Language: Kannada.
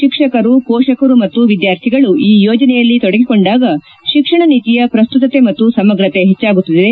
ಶಿಕ್ಷಕರು ಹೋಷಕರು ಮತ್ತು ವಿದ್ಯಾರ್ಥಿಗಳು ಈ ಯೋಜನೆಯಲ್ಲಿ ತೊಡಗಿಕೊಂಡಾಗ ಶಿಕ್ಷಣ ನೀತಿಯ ಪ್ರಸ್ತುತತೆ ಮತ್ತು ಸಮಗ್ರತೆ ಹೆಚ್ಚಾಗುತ್ತದೆ